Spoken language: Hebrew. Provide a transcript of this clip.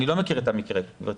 אני לא מכיר את המקרה שהובא כאן.